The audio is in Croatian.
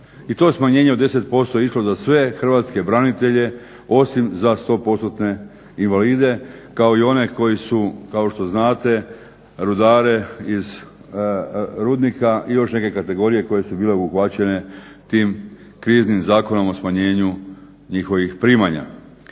I to smanjenje od 10% je išlo za sve hrvatske branitelje osim za 100% invalide kao i one koji su kao što znate rudare iz rudnika i još neke kategorije koje su bile obuhvaćene tim kriznim Zakonom o smanjenju njihovih primanja.